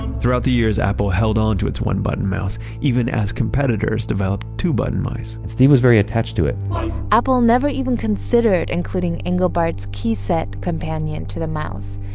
throughout the years, apple held onto its one-button mouse, even as competitors developed two-button mice and steve was very attached to it apple never even considered including engelbart's keyset companion to the mouse,